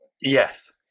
Yes